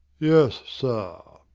yes, sir.